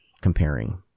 comparing